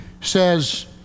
says